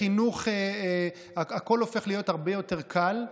חינוך, הכול הופך להיות הרבה יותר קל.